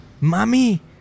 Mommy